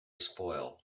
spoil